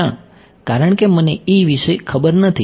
ના કારણ કે મને વિષે ખબર નથી